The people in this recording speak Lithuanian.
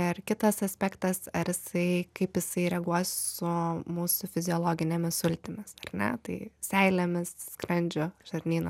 ir kitas aspektas ar jisai kaip jisai reaguos su mūsų fiziologinėmis sultimis ar ne tai seilėmis skrandžiu žarnynu